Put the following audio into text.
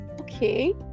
Okay